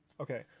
Okay